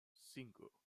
cinco